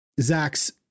Zach's